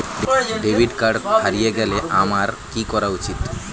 Debit card হারিয়ে গেলে আমার কি করা উচিৎ?